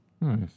Nice